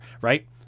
right